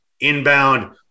inbound